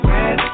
Red